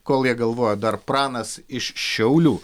kol jie galvoja dar pranas iš šiaulių